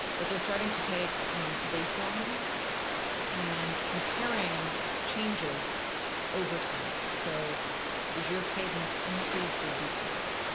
but they're starting to take baselines and comparing changes over time. so does your cadence increase or decrease?